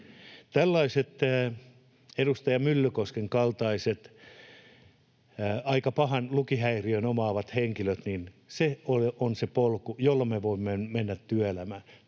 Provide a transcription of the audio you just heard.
Tällaisille edustaja Myllykosken kaltaisille aika pahan lukihäiriön omaaville henkilöille se on se polku, jolla me voimme mennä työelämään.